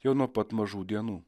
jau nuo pat mažų dienų